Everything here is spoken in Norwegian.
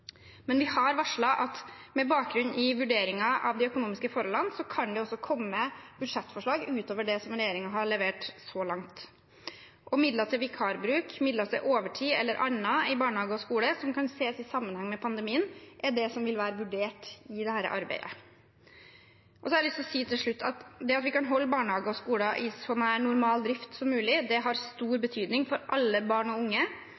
Men vi har varslet at med bakgrunn i vurderingen av de økonomiske forholdene kan det også komme budsjettforslag utover det som regjeringen har levert så langt. Og midler til vikarbruk, midler til overtid eller annet i barnehage og skole, som kan ses i sammenheng med pandemien, er det som vil bli vurdert i dette arbeidet. Så har jeg lyst til å si til slutt at det at vi kan holde barnehager og skoler i så nær normal drift som mulig, har stor betydning for alle barn og unge,